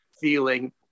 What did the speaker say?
feeling